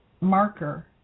marker